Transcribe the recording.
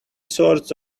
sorts